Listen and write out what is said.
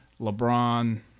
LeBron